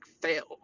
fail